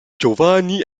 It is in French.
giovanni